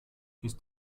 ist